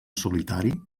solitari